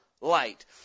light